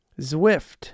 Zwift